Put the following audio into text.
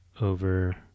over